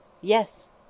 Yes